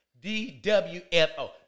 DWFO